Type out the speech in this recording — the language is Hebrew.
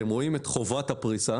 אתם רואים את חובת הפריסה